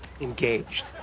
engaged